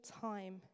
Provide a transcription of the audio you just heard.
time